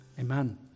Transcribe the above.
Amen